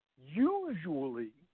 usually